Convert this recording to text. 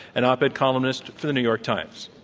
an op-ed columnist for the new york times.